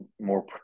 more